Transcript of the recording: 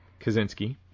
Kaczynski